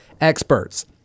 experts